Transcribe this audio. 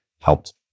helped